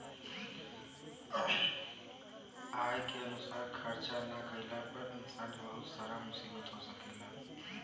आय के अनुसार खर्चा ना कईला पर इंसान के बहुत सारा मुसीबत हो सकेला